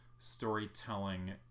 storytelling